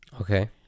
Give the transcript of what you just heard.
Okay